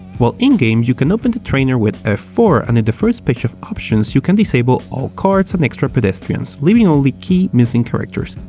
while in game you can open the trainer with f four and in the first page of options you can disable all cars and extra pedestrians, leaving only key missing characters.